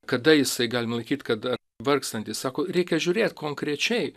kada jisai galima laikyt kad vargstantys sako reikia žiūrėt konkrečiai